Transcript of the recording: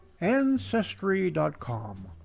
Ancestry.com